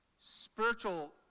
Spiritual